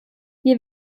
wir